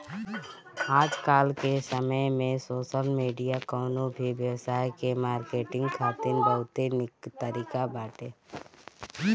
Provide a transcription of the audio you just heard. आजकाल के समय में सोशल मीडिया कवनो भी व्यवसाय के मार्केटिंग खातिर बहुते निक तरीका बाटे